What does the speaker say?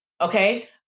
okay